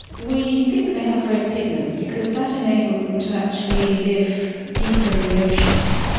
we think they have red pigments because that enables them to actually live deeper in the oceans.